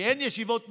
כי אין ישיבות ממשלה,